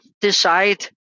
decide